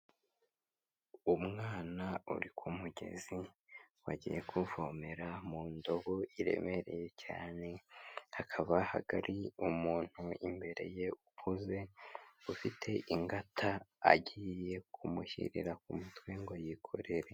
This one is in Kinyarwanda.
Umwana uri ku mugezi wagiye kuvomera mu ndobo iremereye cyane, hakaba hagari umuntu imbere ye ukuze ufite ingata agiye kumushyirira ku mutwe ngo yikorere.